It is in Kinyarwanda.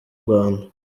rwanda